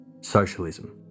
Socialism